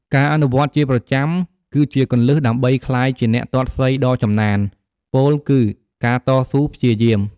ការអនុវត្តន៍ជាប្រចាំ គឺជាគន្លឹះដើម្បីក្លាយជាអ្នកទាត់សីដ៏ចំណាន ពោលគឺការតស៊ូព្យាយាម ។